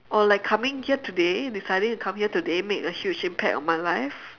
or like coming here today deciding to come here today made a huge impact on my life